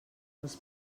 els